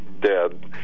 dead